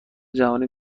جهانی